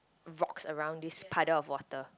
rocks around this paddle of water